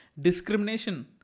discrimination